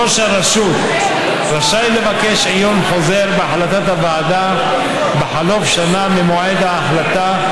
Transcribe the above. ראש הרשות רשאי לבקש עיון חוזר בהחלטת הוועדה בחלוף שנה ממועד ההחלטה,